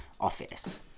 office